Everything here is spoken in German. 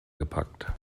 gepackt